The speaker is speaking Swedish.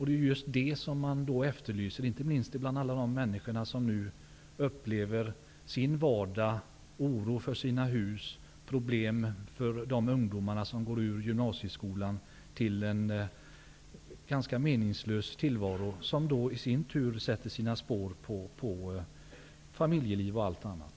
Det är just detta som efterlyses av alla de människor som i sin vardag upplever oro för sina hus, ser problem för de ungdomar som går ur gymnasieskolan till en ganska meningslös tillvaro, vilket i sin tur sätter sina spår på familjeliv och annat.